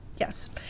yes